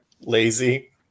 Lazy